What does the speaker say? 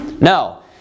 No